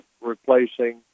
replacing